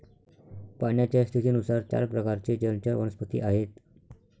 पाण्याच्या स्थितीनुसार चार प्रकारचे जलचर वनस्पती आहेत